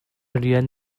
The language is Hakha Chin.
rian